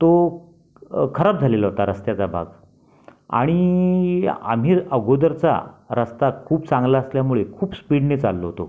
तो खराब झालेला होता रस्त्याचा भाग आणि आम्ही अगोदरचा रस्ता खूप चांगला असल्यामुळे खूप स्पीडने चाललो होतो